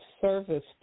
service